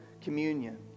communion